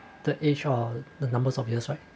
the age of the numbers of years right